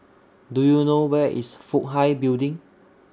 Do YOU know Where IS Fook Hai Building